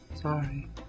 Sorry